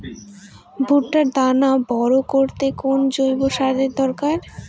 ভুট্টার দানা বড় করতে কোন জৈব সারের দরকার?